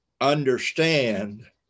understand